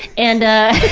and ah,